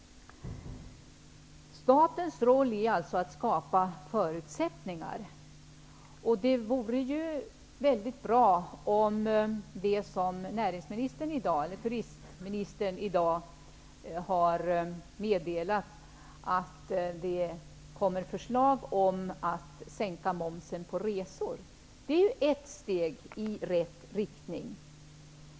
Statens roll är alltså att skapa förutsättningar. Näringsministern, eller turistministern, meddelade i dag att det kommer förslag om sänkning av momsen på resor. Det vore ju bra. Det är ett steg i rätt riktning.